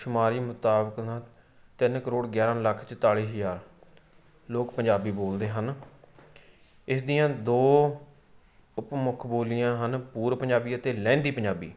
ਸ਼ੁਮਾਰੀ ਮੁਤਾਬਕ ਨਾ ਤਿੰਨ ਕਰੋੜ ਗਿਆਰਾਂ ਲੱਖ ਚੁਤਾਲੀ ਹਜ਼ਾਰ ਲੋਕ ਪੰਜਾਬੀ ਬੋਲਦੇ ਹਨ ਇਸ ਦੀਆਂ ਦੋ ਉਪ ਮੁੱਖ ਬੋਲੀਆਂ ਹਨ ਪੂਰ ਪੰਜਾਬੀ ਅਤੇ ਲਹਿੰਦੀ ਪੰਜਾਬੀ